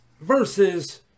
versus